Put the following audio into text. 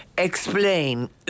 Explain